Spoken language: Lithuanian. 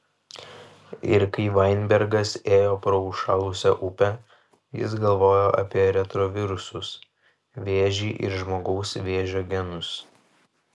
ir kai vainbergas ėjo pro užšalusią upę jis galvojo apie retrovirusus vėžį ir žmogaus vėžio genus